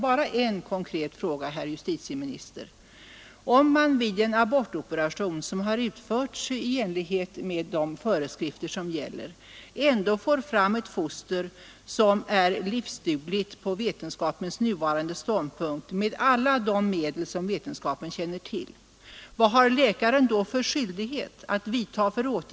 Bara en konkret fråga, herr justitieminister: Om man vid en abortoperation, som har utförts i enlighet med gällande föreskrifter, ändå får fram ett foster som är livsdugligt på vetenskapens nuvarande ståndpunkt, vilka åtgärder är läkaren då skyldig att vidta?